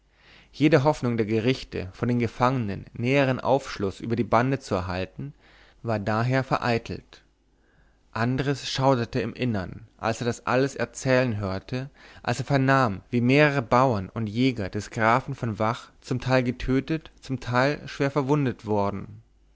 jede hoffnung der gerichte von den gefangenen näheren aufschluß über die bande zu erhalten war daher vereitelt andres schauderte im innern als er das alles erzählen hörte als er vernahm wie mehrere bauern und jäger des grafen von vach zum teil getötet zum teil schwer verwundet worden